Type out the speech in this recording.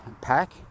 pack